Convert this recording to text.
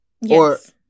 Yes